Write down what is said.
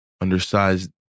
undersized